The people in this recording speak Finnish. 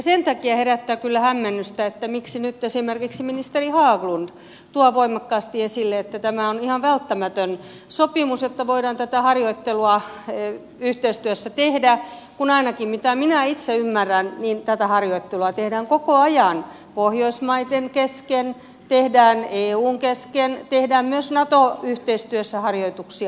sen takia herättää kyllä hämmennystä että miksi nyt esimerkiksi ministeri haglund tuo voimakkaasti esille että tämä on ihan välttämätön sopimus jotta voidaan tätä harjoittelua yhteistyössä tehdä kun ainakin mitä minä itse ymmärrän tätä harjoittelua tehdään koko ajan pohjoismaiden kesken tehdään eun kesken myös nato yhteistyössä tehdään harjoituksia